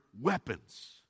weapons